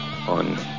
on